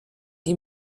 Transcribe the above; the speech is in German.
die